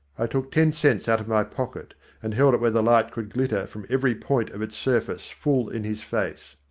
i took ten cents out of my pocket and held it where the light could glitter from every point of its surface full in his face.